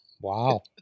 wow